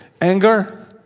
Anger